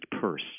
purse